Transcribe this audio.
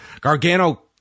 Gargano